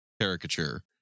caricature